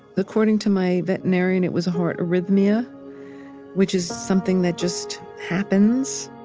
according to my veterinarian, it was a heart arrhythmia which is something that just happens